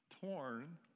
torn